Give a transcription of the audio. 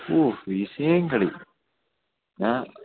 ഓ വിഷയം കളി ഞാൻ